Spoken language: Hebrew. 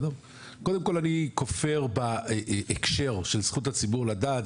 קודם כל אני כופר בהקשר של זכות הציבור לדעת,